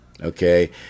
okay